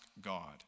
God